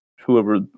whoever